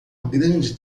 grande